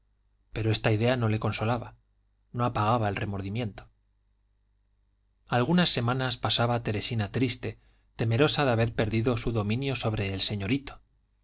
pero esta idea no le consolaba no apagaba el remordimiento algunas semanas pasaba teresina triste temerosa de haber perdido su dominio sobre el señorito